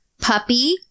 puppy